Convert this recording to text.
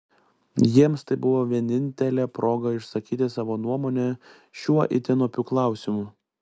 jiems tai buvo vienintelė proga išsakyti savo nuomonę šiuo itin opiu klausimu